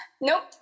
Nope